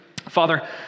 Father